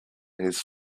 his